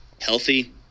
healthy